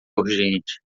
urgente